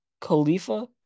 Khalifa